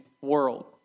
world